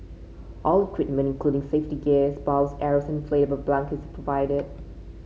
all equipment including safety gear bows arrows and inflatable bunkers are provided